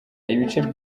ibice